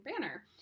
banner